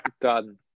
done